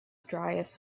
driest